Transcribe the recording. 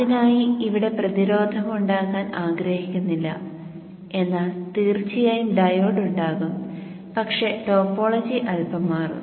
അതിനായി ഇവിടെ പ്രതിരോധം ഉണ്ടാകാൻ ആഗ്രഹിക്കുന്നില്ല എന്നാൽ തീർച്ചയായും ഡയോഡ് ഉണ്ടാകും പക്ഷേ ടോപ്പോളജി അൽപ്പം മാറ്റും